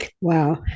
Wow